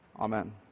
Amen